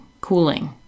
cooling